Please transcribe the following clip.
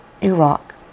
Iraq